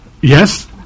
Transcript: Yes